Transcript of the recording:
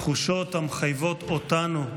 תחושות המחייבות אותנו,